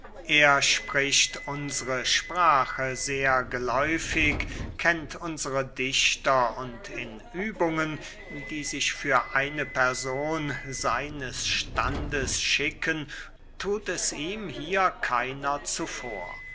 er spricht unsere sprache sehr geläufig kennt unsere dichter und in übungen die sich für eine person seines standes schicken thut es ihm hier keiner zuvor